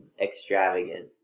extravagant